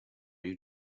you